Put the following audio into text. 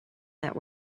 that